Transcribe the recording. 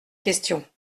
question